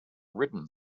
written